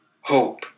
hope